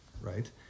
right